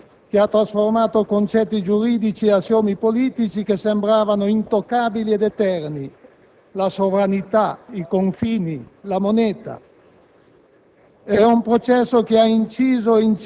è una rivoluzione profonda che ha trasformato concetti giuridici e assiomi politici che sembravano intoccabili ed eterni: la sovranità, i confini, la moneta.